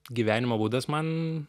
gyvenimo būdas man